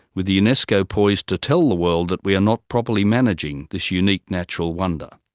with unesco poised to tell the world that we are not properly managing this unique natural wonder.